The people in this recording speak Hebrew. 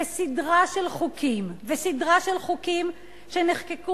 וסדרה של חוקים, וסדרה של חוקים שנחקקו